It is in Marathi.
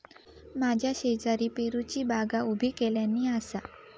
माझ्या शेजारी पेरूची बागा उभी केल्यानी आसा